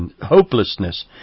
hopelessness